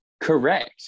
correct